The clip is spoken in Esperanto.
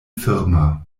firma